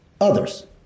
others